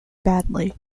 badly